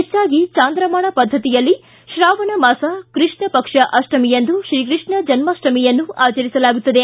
ಹೆಚ್ಚಾಗಿ ಚಾಂದ್ರಮಾನ ಪದ್ಧತಿಯಲ್ಲಿ ಶ್ರಾವಣ ಮಾಸ ಕೃಷ್ಣಪಕ್ಷ ಅಷ್ಟಮಿಯಂದು ಶ್ರೀಕೃಷ್ಣ ಜನ್ಮಾಷ್ಟಮಿಯನ್ನು ಆಚರಿಸಲಾಗುತ್ತದೆ